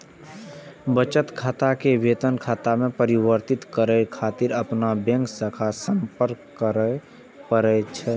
बचत खाता कें वेतन खाता मे परिवर्तित करै खातिर अपन बैंक शाखा सं संपर्क करय पड़ै छै